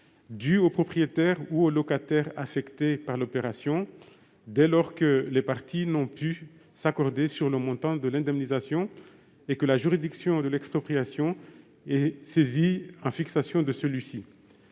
due au propriétaire ou au locataire affecté par l'opération, dès lors que les parties n'ont pu s'accorder sur le montant de l'indemnisation et que la juridiction de l'expropriation est saisie pour le fixer.